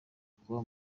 kuba